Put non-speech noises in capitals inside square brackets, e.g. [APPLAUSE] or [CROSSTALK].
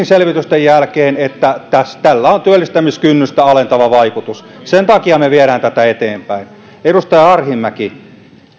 [UNINTELLIGIBLE] selvitysten jälkeen siihen että tällä on työllistämiskynnystä alentava vaikutus sen takia me viemme tätä eteenpäin edustaja arhinmäki